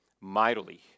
mightily